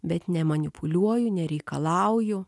bet nemanipuliuoju nereikalauju